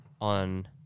on